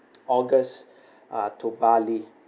august uh to bali